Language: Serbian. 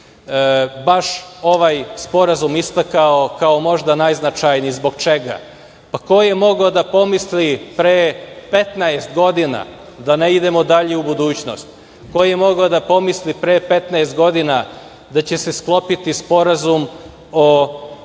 baš ovaj sporazum istakao kao možda najznačajniji. Zbog čega? Ko je mogao da pomisli pre 15 godina, da ne idemo dalje u budućnost, ko je mogao da pomisli pre 15 godina da će se sklopiti Sporazum o